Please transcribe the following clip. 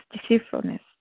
deceitfulness